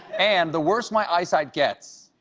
and the worse my eyesight gets,